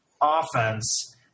offense